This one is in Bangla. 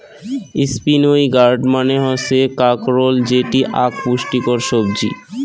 স্পিনই গার্ড মানে হসে কাঁকরোল যেটি আক পুষ্টিকর সবজি